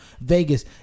Vegas